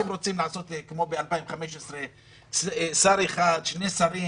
אתם רוצים לעשות כמו ב-2015, שר אחד, שני שרים,